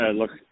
look